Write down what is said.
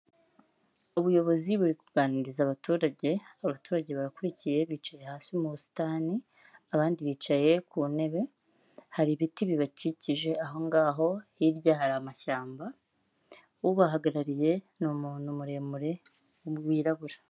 Ubuyobozi buri kuganiriza abaturage, abaturage barakurikiye bicaye hasi mu busitani, abandi bicaye ku ntebe, hari ibiti bibakikije aho ngaho hirya hari amashyamba, ubahagarariye ni umuntu muremure wirabura.